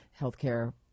healthcare